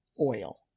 oil